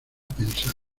pensar